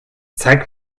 zeig